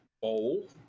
bowl